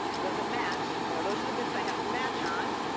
does it match? you know those are the bits i have to match on.